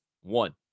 One